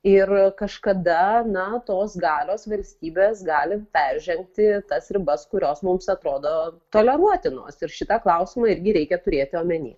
ir kažkada na tos galios valstybės gali peržengti tas ribas kurios mums atrodo toleruotinos ir šitą klausimą irgi reikia turėti omeny